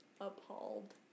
appalled